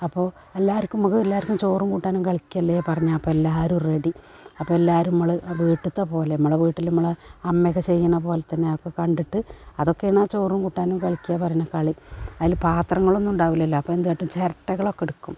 അപ്പോൾ എല്ലാവർക്കും നമുക്കെല്ലാവർക്കും ചോറും കൂട്ടാനും കളിക്കല്ലേ പറഞ്ഞാൽ അപ്പെല്ലാവരും റെഡി അപ്പെല്ലാവരുമ്മള് വീട്ടിലത്തെ പോലെ ഇമ്മളെ വീട്ടിൽ ഇമ്മളെ അമ്മയൊക്കെ ചെയ്യുന്നതു പോലെ തന്നെ അതൊക്കെ കണ്ടിട്ട് അതൊക്കെയാണാ ചോറും കൂട്ടാനും കളിയ്ക്കുക പറയണ കളി അതിൽ പാത്രങ്ങളൊന്നുമുണ്ടാകില്ലല്ലോ അപ്പെന്തു കാട്ടും ചിരട്ടകളൊക്കെയെടുക്കും